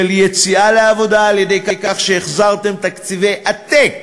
של יציאה לעבודה, על-ידי כך שהחזרתם תקציבי עתק